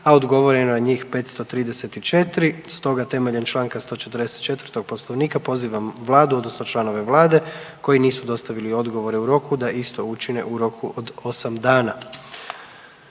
a odgovoreno je na njih 534, stoga temeljem Članka 144. Poslovnika pozivam vladu odnosno članove vlade koji nisu dostavili odgovore u roku da isto učine u roku od 8 dana.